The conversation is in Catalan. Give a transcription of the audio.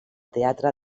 teatre